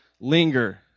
linger